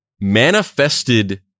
manifested